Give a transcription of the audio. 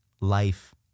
life